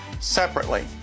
separately